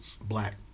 black